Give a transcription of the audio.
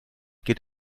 gilt